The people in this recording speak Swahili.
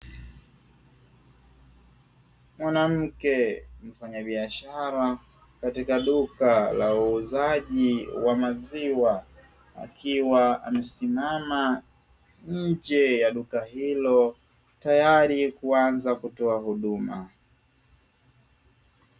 Mwanamke mfanyabiashara katika duka la uuzaji wa maziwa, akiwa amesimama nje ya duka hilo tayari kuanza kutoa huduma.